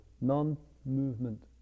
non-movement